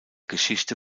geschichte